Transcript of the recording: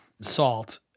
salt